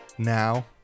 now